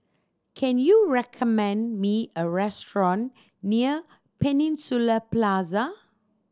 can you recommend me a restaurant near Peninsula Plaza